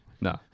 no